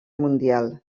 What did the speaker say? mundial